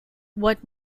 what